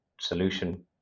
solution